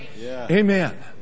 Amen